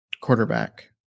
quarterback